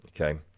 okay